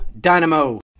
Dynamo